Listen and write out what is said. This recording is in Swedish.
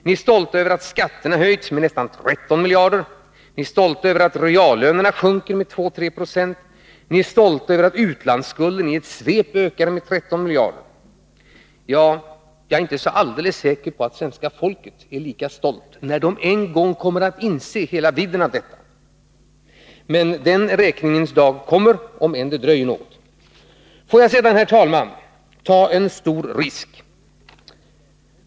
Ni är stolta över att skatterna har höjts med nästan 13 miljarder. Ni är stolta över att reallönerna sjunker med 2-3 70. Och ni är stolta över att utlandsskulden i ett svep har ökat med 13 miljarder. Jag är inte så alldeles säker på att svenska folket är lika stolt när det en gång kommer att inse hela vidden av detta. Den räkningens dag kommer, om än det dröjer något. Får jag sedan, herr talman, ta en stor risk.